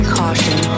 caution